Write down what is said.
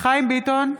חיים ביטון,